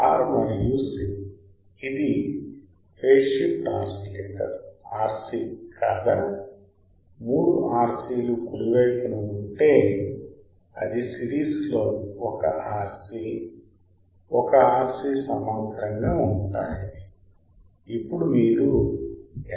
R మరియు C ఇది phase shift oscillator RC కాదా 3 RC లు కుడివైపున ఉంటే అది సిరీస్లో 1 RC1 RC సమాంతరంగా ఉంటాయి ఇప్పుడు మీరు LC ఆసిలేటర్లను చూస్తారు